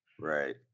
Right